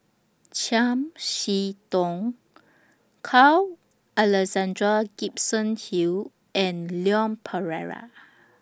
Chiam She Tong Carl Alexander Gibson Hill and Leon Perera